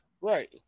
right